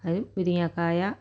അതിൽ മുരിങ്ങക്കായ